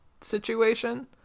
situation